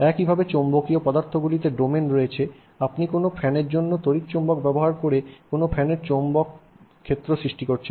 একইভাবে চৌম্বকীয় পদার্থগুলিতেও ডোমেন রয়েছে আপনি কোনও ফ্যানের জন্য যদি তড়িৎ চৌম্বক ব্যবহার করে কোনও ফ্যানের জন্য চৌম্বক তৈরি করছেন